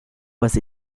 was